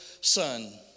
son